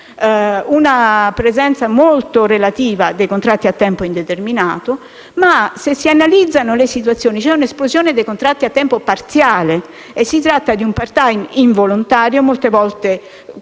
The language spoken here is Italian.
una presenza molto relativa dei contratti a tempo indeterminato. Se si analizzano le situazioni, c'è però un'esplosione dei contratti a tempo parziale: si tratta di un *part-time* involontario, molte volte